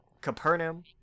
Capernaum